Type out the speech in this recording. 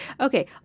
Okay